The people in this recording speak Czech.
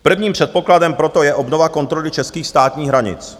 Prvním předpokladem pro to je obnova kontroly českých státních hranic.